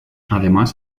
además